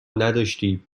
نداشتی